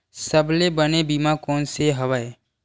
सबले बने बीमा कोन से हवय?